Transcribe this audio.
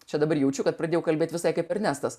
čia dabar jaučiu kad pradėjau kalbėti visai kaip ernestas